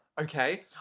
Okay